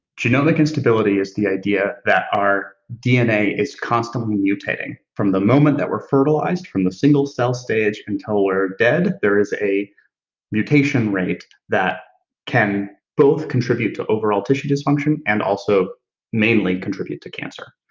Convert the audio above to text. genomic instability is the idea that our dna is constantly mutating. from the moment that we're fertilized, from the single cell stage until we're dead, there is a mutation rate that can both contribute to overall tissue dysfunction and also mainly contribute to cancer.